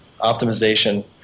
optimization